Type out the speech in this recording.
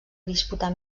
disputar